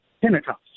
Pentecost